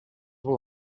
will